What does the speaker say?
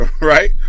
Right